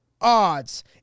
odds